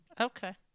Okay